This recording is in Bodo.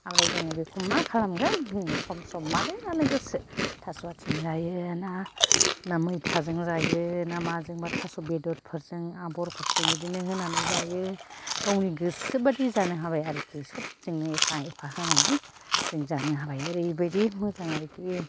ओमफ्राय जोङो बेखौ मा खालामगोन जों सम सम माजों जानो गोसो थास' आथिं जायो ना ना मैथाजों जायो ना माजोंबा थास' बेदरफोरजों आबरफोरजों बिदिनो होनानै जायो गावनि गोसो बादि जानो हाबाय आरिखि सबजोंनो एफा एफा होनानै जों जानो हाबाय ओरैबादि मोजां आरिखि